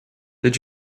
did